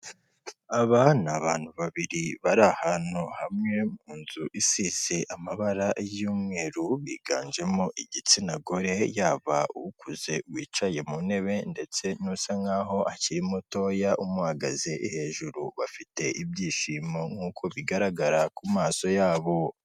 Aba ni abantu babiri bari ahantu hamwe mu nzu isize amabara y'umweru, biganjemo igitsina gore, yaba ukuze wicaye mu ntebe ndetse n'usa nk'aho akiri mutoya umuhagaze hejuru. Bafite ibyishimo nk'uko bigaragara ku maso yabo.